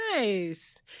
Nice